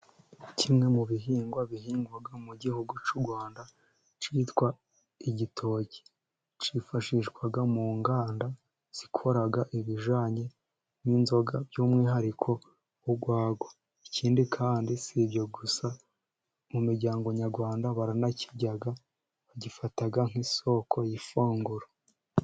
Kimwe mu bihingwa bihingwa mu gihugu cy'urwanda cyitwa igitoki, cyifashishwa mu nganda zikora ibijyanye n'inzoga by'umwihariko urwagwa, ikindi kandi si ibyo gusa mu miryango nyarwanda baranakirya bagifata nk'isoko y'ifunguro.